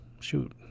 shoot